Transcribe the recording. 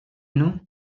know